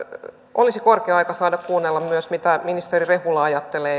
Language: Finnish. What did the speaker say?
olisi korkea aika saada kuunnella myös mitä ministeri rehula ajattelee